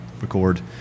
record